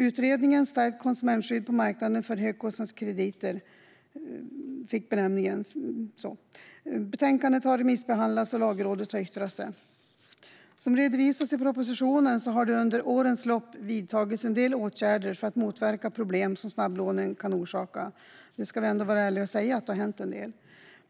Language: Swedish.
Utredningen fick benämningen Stärkt konsumentskydd på marknaden för högkostnadskrediter . Betänkandet har remissbehandlats, och Lagrådet har yttrat sig. Som redovisas i propositionen har det under årens lopp vidtagits en del åtgärder för att motverka problem som snabblånen kan orsaka. Vi ska vara ärliga och säga att det har hänt en del.